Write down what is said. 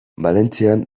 valentzian